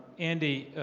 andy,